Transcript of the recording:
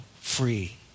free